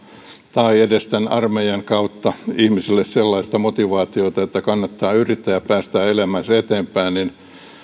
tai edes armeijan kautta ihmisille sellaista motivaatiota että kannattaa yrittää ja päästä elämässä eteenpäin niin